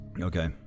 Okay